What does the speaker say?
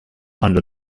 under